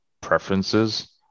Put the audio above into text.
preferences